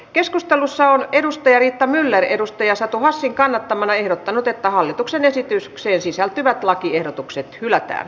keskustelussa on riitta myller satu hassin kannattamana ehdottanut että hallituksen esitykseen sisältyvät lakiehdotukset hylätään